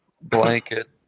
blanket